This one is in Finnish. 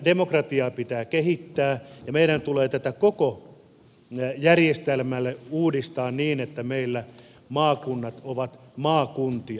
demokratiaa pitää kehittää ja meidän tulee tätä koko järjestelmää uudistaa niin että meillä maakunnat ovat maakuntia